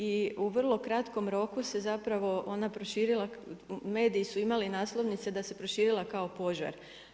I u vrlo kratkom roku se zapravo ona proširila, mediji su imali naslovnice da se proširila kao požar.